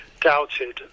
doubted